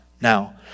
Now